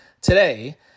today